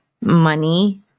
money